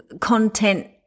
content